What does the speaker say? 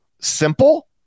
simple